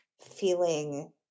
feeling